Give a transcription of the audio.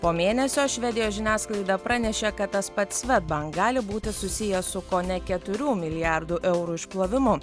po mėnesio švedijos žiniasklaida pranešė kad tas pats svedbank gali būti susijęs su kone keturių milijardų eurų išplovimu